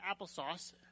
applesauce